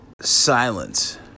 silence